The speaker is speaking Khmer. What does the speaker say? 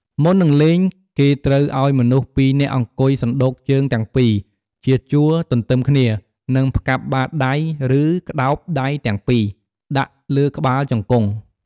មុននឹងលេង គេត្រូវឲ្យមនុស្ស២នាក់ អង្គុយសណ្តូកជើងទាំងពីរ ជាជួរទន្ទឹមគ្នា និងផ្កាប់បាតដៃ ឬ ក្តោបដៃទាំងពីរ ដាក់លើក្បាលជង្គង់។